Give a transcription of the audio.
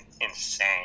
insane